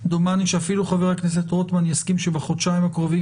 דומני שאפילו חבר הכנסת רוטמן יסכים שבחודשיים הקרובים